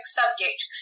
subject